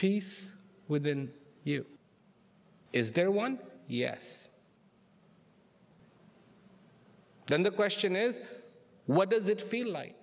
peace within you is there one yes then the question is what does it feel like